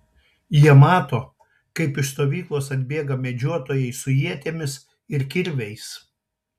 jie mato kaip iš stovyklos atbėga medžiotojai su ietimis ir kirviais